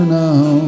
now